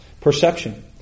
Perception